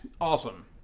Awesome